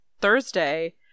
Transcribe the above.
Thursday